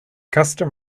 custom